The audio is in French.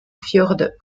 fjord